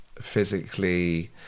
physically